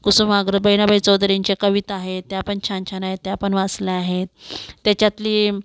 कुसुमाग्रज बहिणाबाई चौधरींच्या कविता आहेत त्या पण छान छान आहेत त्या पण वाचल्या आहेत त्याच्यातली